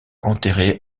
enterrer